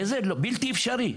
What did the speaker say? וזה בלתי אפשרי,